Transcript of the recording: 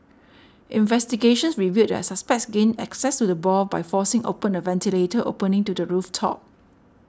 investigations revealed that the suspects gained access to the stall by forcing open a ventilator opening to the roof top